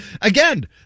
again